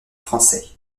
français